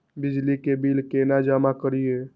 बिजली के बिल केना जमा करिए?